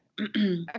okay